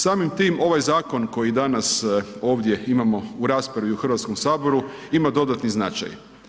Samim tim ovaj zakon koji danas ovdje imamo u raspravi u Hrvatskom saboru, ima dodatni značaj.